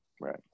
Right